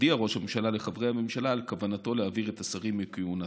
הודיע ראש הממשלה לחברי הממשלה על כוונתו להעביר את השרים מכהונתם.